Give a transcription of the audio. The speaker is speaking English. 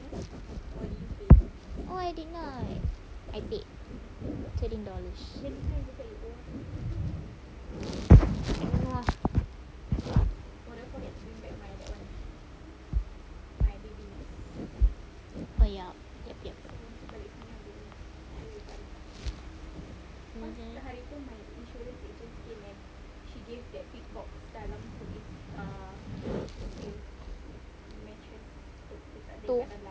oh I did not I paid twenty dollars I don't know ah oh ya yup yup tu